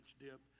dip